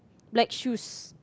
black shoes